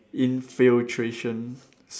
infiltration